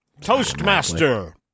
Toastmaster